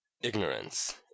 ignorance